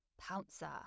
Pouncer